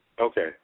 Okay